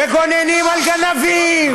מגוננים על גנבים.